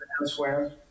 elsewhere